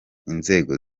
inzego